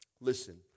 Listen